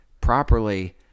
properly